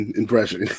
impression